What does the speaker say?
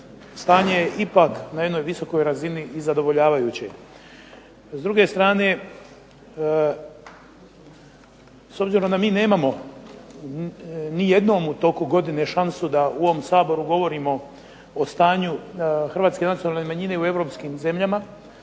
stanje je ipak na jednoj visokoj razini i zadovoljavajuće. S druge strane, s obzirom da mi nemamo ni jednom u toku godine šansu da u ovom Saboru govorimo o stanju hrvatske nacionalne manjine u europskim zemljama,